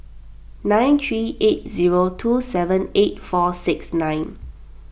nine three eight zero two seven eight four six nine